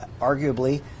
arguably